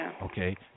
Okay